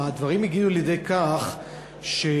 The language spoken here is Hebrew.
הדברים הגיעו לידי כך שכרזות,